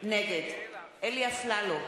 נגד אלי אפללו,